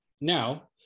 Now